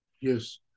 Yes